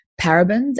parabens